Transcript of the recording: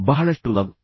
ಬಹಳಷ್ಟು ಲವ್ ಅರ್ಜುನ್